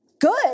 Good